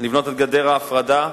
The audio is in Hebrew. לבנות את גדר ההפרדה,